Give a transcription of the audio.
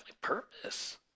purpose